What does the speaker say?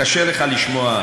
קשה לך לשמוע.